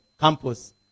campus